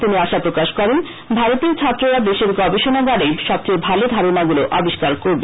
তিনি আশা প্রকাশ করেন ভারতীয় ছাত্ররা দেশের গবেষনাগারেই সবচেয়ে ভালো ধারণাগুলো আবিষ্কার করবে